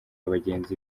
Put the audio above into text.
bagenzi